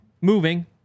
Moving